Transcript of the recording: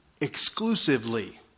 exclusively